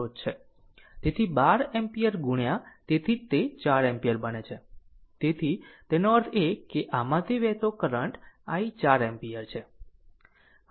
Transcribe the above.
તેથી 12 એમ્પીયર ગુણ્યા તેથી તે 4 એમ્પીયર બને છે એનો અર્થ એ કે આમાંથી વહેતો કરંટ i 4 એમ્પીયર છે